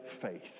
faith